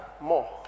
more